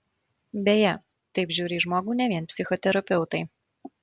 beje taip žiūri į žmogų ne vien psichoterapeutai